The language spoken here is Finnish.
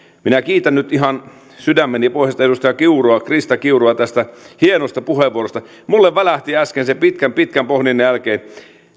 minä kiitän nyt ihan sydämeni pohjasta edustaja krista kiurua tästä hienosta puheenvuorosta minulle välähti äsken se pitkän pitkän pohdinnan jälkeen